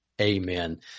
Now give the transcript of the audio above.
Amen